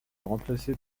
remplacée